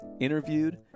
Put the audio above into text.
interviewed